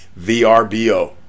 vrbo